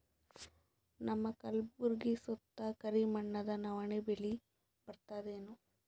ನಮ್ಮ ಕಲ್ಬುರ್ಗಿ ಸುತ್ತ ಕರಿ ಮಣ್ಣದ ನವಣಿ ಬೇಳಿ ಬರ್ತದೇನು?